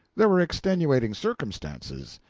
there were extenuating circumstances,